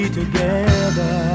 together